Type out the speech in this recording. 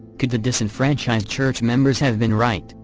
could the disenfranchised church members have been right,